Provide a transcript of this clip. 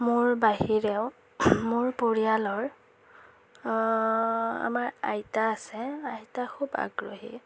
মোৰ বাহিৰেও মোৰ পৰিয়ালৰ আমাৰ আইতা আছে আইতা খুব আগ্ৰহী